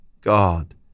God